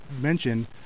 mentioned